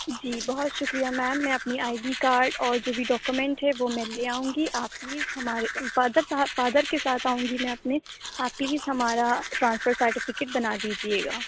جی بہت شکریہ میم میں اپنی آئی ڈی ارڈ اور جو بھی ڈاکومینٹ ہے وہ میں لے آؤں گی آپ پلیز ہمارے فادر صاحب فادر کے ساتھ آؤں گی میں اپنے آپ پلیز ہمارا ٹرانسفر سرٹیفکٹ بنا دیجیے گا